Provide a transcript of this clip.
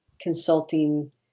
consulting